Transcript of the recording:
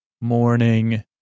Morning